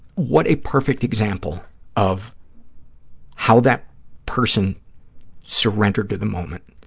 what a perfect example of how that person surrendered to the moment.